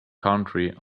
country